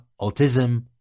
autism